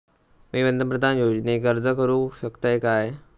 मी पंतप्रधान योजनेक अर्ज करू शकतय काय?